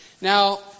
Now